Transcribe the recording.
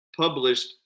published